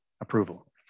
approval